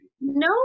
no